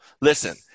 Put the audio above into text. Listen